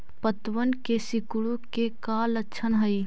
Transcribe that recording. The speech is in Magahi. पत्तबन के सिकुड़े के का लक्षण हई?